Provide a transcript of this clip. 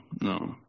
no